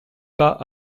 pas